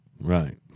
Right